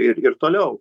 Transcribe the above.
ir ir toliau